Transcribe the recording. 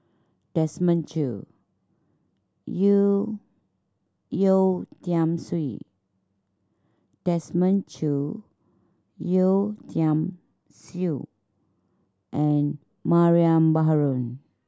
Desmond Choo Yeo Yeo Tiam Siew Desmond Choo Yeo Tiam Siew and Mariam Baharom